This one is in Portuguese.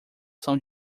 são